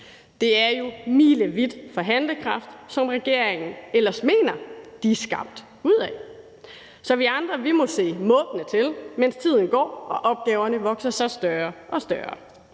Det er jo milevidt fra den handlekraft, som regeringen ellers mener de er skabt ud af. Så vi andre må se måbende til, mens tiden går og opgaverne vokser sig større og større.